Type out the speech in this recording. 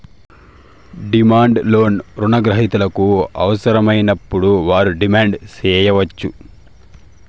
demand loan రుణ గ్రహీతలకు అవసరమైనప్పుడు వారు డిమాండ్ సేయచ్చు